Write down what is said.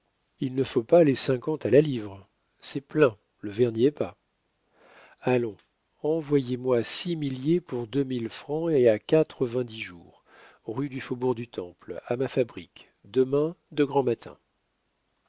il ne faut pas les cinquante à la livre c'est plein le ver n'y est pas allons envoyez-moi six milliers pour deux mille francs et à quatre-vingt-dix jours rue du faubourg du temple à ma fabrique demain de grand matin